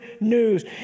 news